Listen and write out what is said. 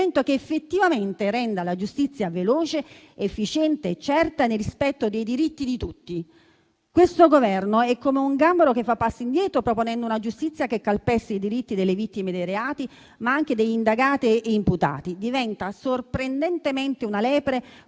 che effettivamente renda la giustizia veloce, efficiente e certa, nel rispetto dei diritti di tutti. Questo Governo, che è come un gambero che fa passi indietro, proponendo una giustizia che calpesta i diritti delle vittime dei reati, ma anche degli indagati e degli imputati, diventa sorprendentemente una lepre